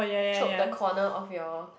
chalk the corner of your